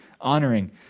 honoring